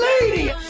Lady